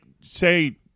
say